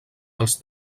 els